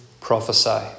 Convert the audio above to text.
prophesy